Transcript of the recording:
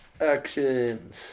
Actions